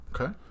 Okay